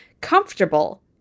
comfortable